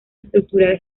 estructural